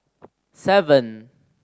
seven